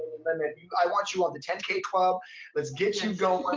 i mean i want you on the ten k club let's get you going!